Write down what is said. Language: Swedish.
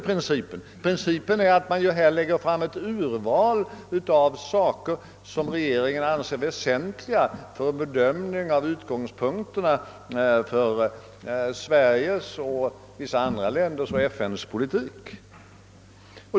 Principen är att man här lägger fram ett urval av saker som regeringen anser vara väsentliga för bedömningen av utgångspunkterna för Sveriges, vissa andra länders och FN:s politik.